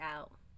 out